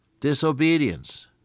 disobedience